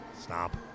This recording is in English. Stop